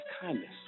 kindness